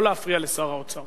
לא להפריע לשר האוצר.